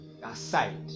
aside